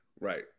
Right